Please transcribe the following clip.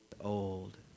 old